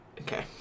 Okay